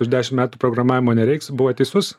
už dešimt metų programavimo nereiks buvo teisus